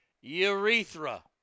urethra